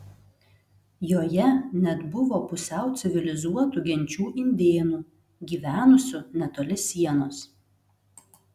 joje net buvo pusiau civilizuotų genčių indėnų gyvenusių netoli sienos